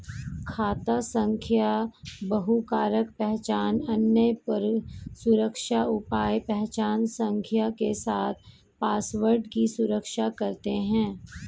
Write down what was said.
खाता संख्या बहुकारक पहचान, अन्य सुरक्षा उपाय पहचान संख्या के साथ पासवर्ड की सुरक्षा करते हैं